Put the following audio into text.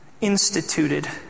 instituted